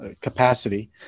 capacity